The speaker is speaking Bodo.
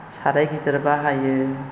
साराय गिदिर बाहायो